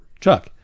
Chuck